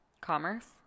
Commerce